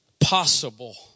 possible